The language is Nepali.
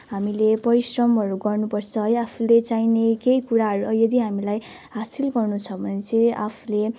हामीले परिश्रमहरू गर्नुपर्छ या आफूले चाहिने केही कुराहरू यदि हामीलाई हासिल गर्नु छ भने चाहिँ आफूले